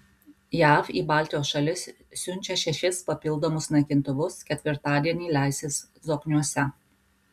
jav į baltijos šalis siunčia šešis papildomus naikintuvus ketvirtadienį leisis zokniuose